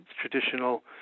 traditional